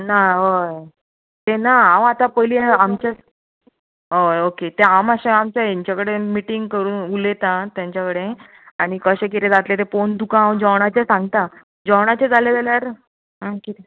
ना हय तें ना हांव आतां पयली आमच्या हय ओके तें हांव मात्शें आमच्या हेंच्या कडेन मिटींग करून उलयता आं तेंच्या कडेन आनी कशें कितें तें जातलें तें पळोवन तुका हांव जेवणाचें सांगता जेवणाचें जालें जाल्यार आं